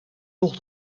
toch